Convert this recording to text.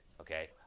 okay